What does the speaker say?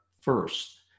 first